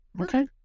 okay